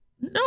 No